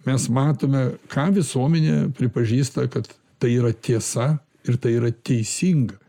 mes matome ką visuomenė pripažįsta kad tai yra tiesa ir tai yra teisinga